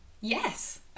Yes